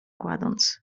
kładąc